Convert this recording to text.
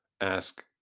ask